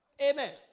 Amen